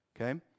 okay